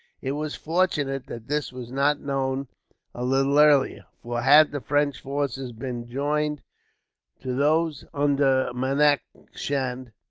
it was fortunate that this was not known a little earlier for had the french forces been joined to those under manak chand,